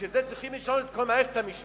בשביל זה צריכים לשנות את כל מערכת המשפט?